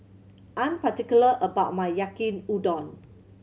I'm particular about my Yaki Udon